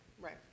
Right